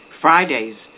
Fridays